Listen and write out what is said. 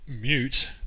mute